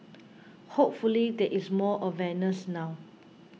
hopefully there is more awareness now